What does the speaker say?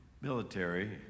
military